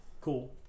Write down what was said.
Cool